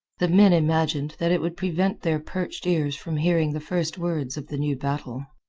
the men imagined that it would prevent their perched ears from hearing the first words of the new battle.